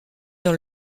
dans